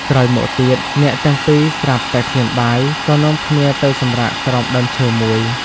ក្រោយមកទៀត អ្នកទាំងពីរស្រាប់តែឃ្លានបាយ ក៏នាំគ្នាទៅសម្រាកក្រោមដើមឈើមួយ។